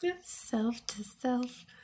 Self-to-self